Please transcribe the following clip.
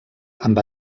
amb